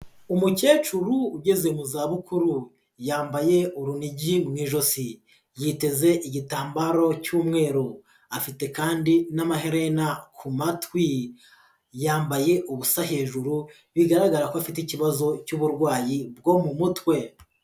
Umukecuru ugeze mu zabukuru, yambaye urunigi mu ijosi, yiteze igitambaro cy'umweru, afite kandi n'amaherena ku matwi, yambaye ubusa hejuru, bigaragara ko afite ikibazo cy'uburwayi bwo mu mutwe.